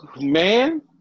Man